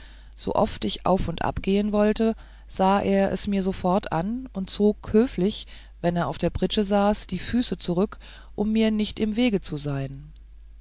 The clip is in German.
oft ich auf und ab gehen wollte sah er es mir sofort an und zog höflich wenn er auf der pritsche saß die füße zurück um mir nicht im wege zu sein